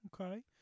Okay